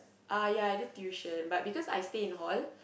uh ya I do tuition but because I stay in hall